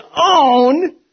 own